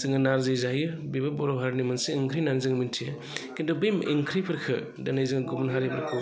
जोङो नारजि जायो बेबो बर' हारिनि मोनसे ओंख्रि होननानै जों मोन्थियो किन्तु बे ओंख्रिफोरखौ दिनै जों गुबुन गुबुन हारिफोरखौ